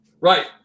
Right